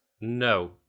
No